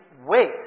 wait